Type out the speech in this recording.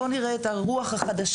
בוא נראה את הרוח החדשה,